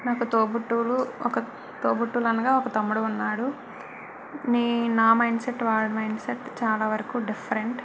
నాకు తోబుట్టువులు ఒక తోబుట్టువులు అనగా ఒక తమ్ముడు ఉన్నాడు ని నా మైండ్ సెట్ వాని మైండ్ సెట్ చాలా వరకు డిఫరెంట్